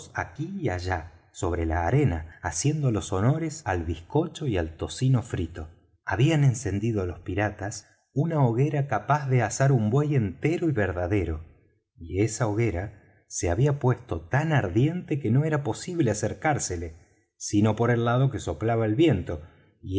aquí y allá sobre la arena haciendo los honores al bizcocho y al tocino frito habían encendido los piratas una hoguera capaz de asar un buey entero y verdadero y esa hoguera se había puesto tan ardiente que no era posible acercársele sino por el lado que soplaba el viento